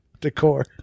decor